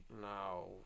No